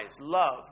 love